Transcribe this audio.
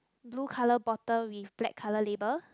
blue colour bottle with black colour label